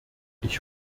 ich